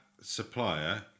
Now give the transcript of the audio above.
supplier